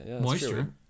Moisture